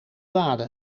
lade